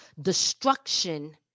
destruction